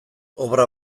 obra